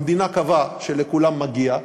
המדינה קבעה שלכולם מגיע,